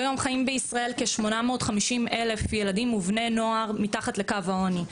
כיום חיים בישראל כ-850,000 ילדים ובני נוער מתחת לקו העוני,